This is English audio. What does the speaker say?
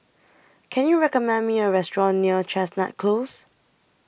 Can YOU recommend Me A Restaurant near Chestnut Close